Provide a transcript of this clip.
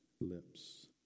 lips